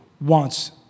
Wants